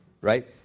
right